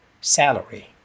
salary